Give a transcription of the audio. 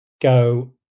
go